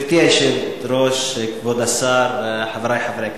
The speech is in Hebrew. גברתי היושבת-ראש, כבוד השר, חברי חברי הכנסת,